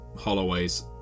Holloway's